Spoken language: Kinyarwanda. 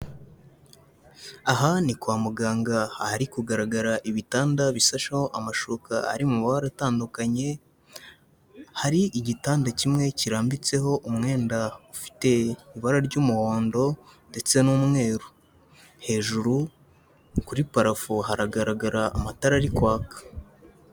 Aha ni kwa muganga ahari kugaragara ibitanda bisasheho amashuka ari mu baratandukanye, hari igitanda kimwe kirambitseho umwenda ufite ibara ry'umuhondo ndetse n'umweru, hejuru kuri parafo haragaragara amatara ari kwaka.